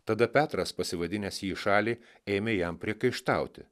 tada petras pasivadinęs jį į šalį ėmė jam priekaištauti